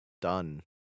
done